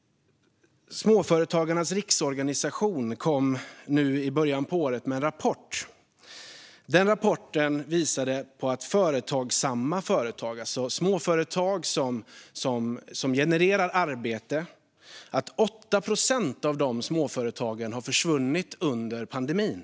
Småföretagarnas Riksförbund kom i början av året med en rapport. Denna rapport visade att 8 procent av de företagsamma företagarna, alltså småföretag som genererar arbete, har försvunnit under pandemin.